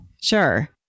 Sure